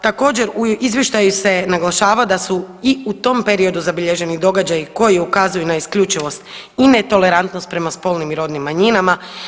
Također u izvještaju se naglašava da su i u tom periodu zabilježeni događaji koji ukazuju na isključivost i netolerantnost prema spolnim i rodnim manjinama.